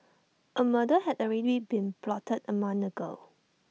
A murder had already been plotted A month ago